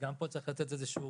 גם כאן צריך לתת איזושהי